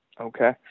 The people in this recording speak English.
Okay